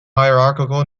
hierarchical